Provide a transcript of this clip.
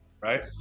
right